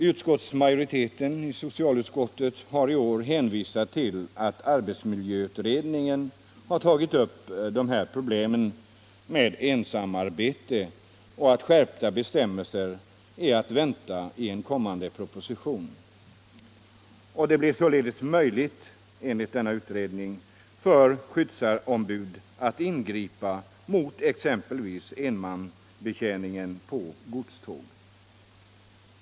Utskottsmajoriteten i socialutskottet har i år hänvisat till att arbetsmiljöutredningen tagit upp dessa problem med ensamarbete och att skärpta bestämmelser är att vänta I en kommande proposition. Enligt denna utredning blir det således möjligt för skyddsombud att ingripa mot exempelvis enmansbetjäning på godståg.